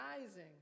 rising